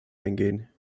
eingehen